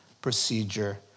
procedure